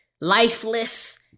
lifeless